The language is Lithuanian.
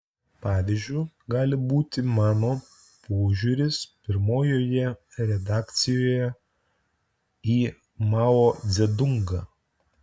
pavyzdžiu gali būti mano požiūris pirmojoje redakcijoje į mao dzedungą